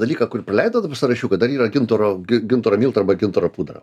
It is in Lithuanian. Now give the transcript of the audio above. dalyką kurį praleidau sąrašiuką dar yra gintaro gintaro miltai arba gintaro pudra